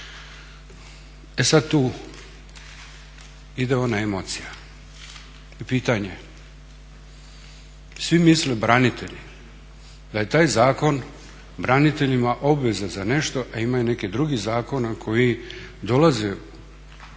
E sad tu ide ona emocija i pitanje, svi misle branitelji da je taj zakon braniteljima obveza za nešto, a ima i nekih drugih zakona koji dolaze kad netko